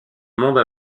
monde